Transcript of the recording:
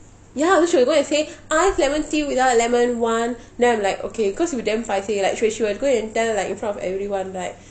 ya you should go and say iced lemon tea with without lemon [one] then I'm like okay cause with them fighting electric she will go and tell like in front of everyone back